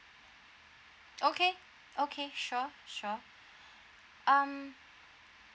okay okay sure sure um